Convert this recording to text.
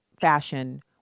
fashion